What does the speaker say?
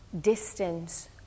distance